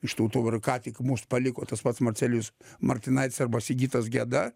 iš tų dabar ką tik mus paliko tas pats marcelijus martinaitis arba sigitas geda